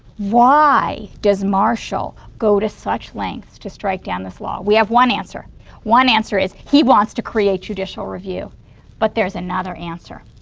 why does marshall go to such lengths to strike down this law? we have one answer one answer is he wants to create judicial review but there's another answer.